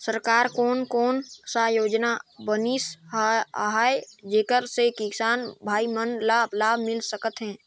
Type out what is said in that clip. सरकार कोन कोन सा योजना बनिस आहाय जेकर से किसान भाई मन ला लाभ मिल सकथ हे?